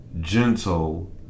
gentle